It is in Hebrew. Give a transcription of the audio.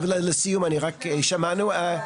לסיום שמענו.